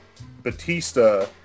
Batista